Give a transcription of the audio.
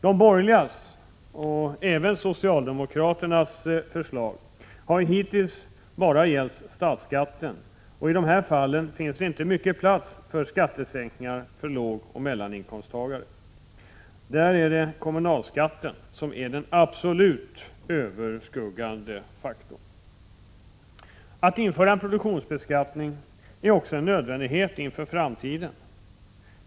De borgerligas, och även socialdemokraternas, förslag har hittills bara gällt statsskatten, och i dessa fall finns det inte mycket plats för skattesänkningar för lågoch mellaninkomsttagare. Där är det kommunalskatten som är den absolut överskuggande faktorn. Att införa en produktionsbeskattning är också en nödvändighet inför framtiden.